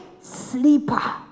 sleeper